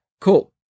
Cool